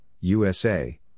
USA